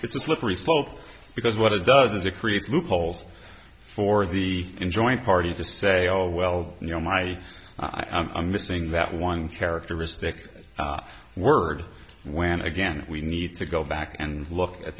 's a slippery slope because what it does is it creates loopholes for the enjoyment parties to say oh well you know my i'm missing that one characteristic word when again we need to go back and look at